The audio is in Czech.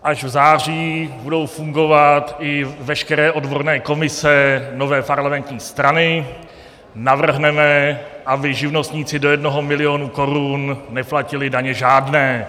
Až v září budou fungovat i veškeré odborné komise nové parlamentní strany, navrhneme, aby živnostníci do jednoho milionu korun neplatili daně žádné.